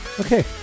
Okay